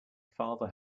father